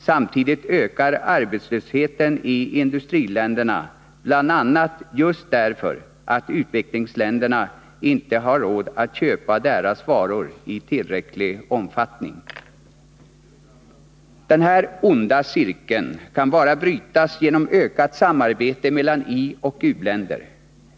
Samtidigt ökar arbetslösheten i industriländerna bl.a. just därför att utvecklingsländerna inte har råd att köpa deras varor i tillräcklig omfattning. Den här onda cirkeln kan bara brytas genom ökat samarbete mellan ioch u-länder.